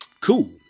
Cool